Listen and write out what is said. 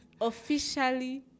officially